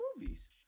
movies